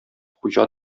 хуҗа